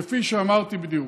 כפי שאמרתי בדיוק,